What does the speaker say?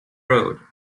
road